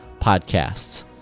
podcasts